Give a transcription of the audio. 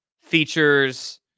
features